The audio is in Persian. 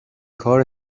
کار